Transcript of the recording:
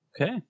Okay